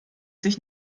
sich